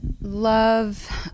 love